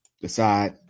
Decide